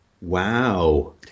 wow